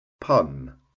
pun